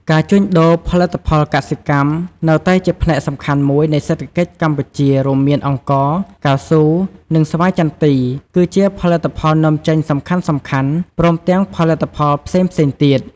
ការជួញដូរ ផលិតផលកសិកម្ម នៅតែជាផ្នែកសំខាន់មួយនៃសេដ្ឋកិច្ចកម្ពុជារួមមានអង្ករ កៅស៊ូ និងស្វាយចន្ទីគឺជា ផលិតផលនាំចេញសំខាន់ៗព្រមទាំងផលិតផលផ្សេងៗទៀត។